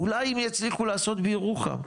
אולי אם יצליחו לעשות בירוחם,